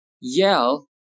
yell